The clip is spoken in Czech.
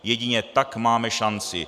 Jedině tak máme šanci.